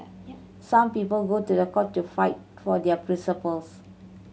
some people go to the court to fight for their principles